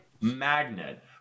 magnet